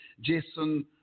Jason